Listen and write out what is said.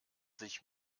sich